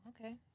okay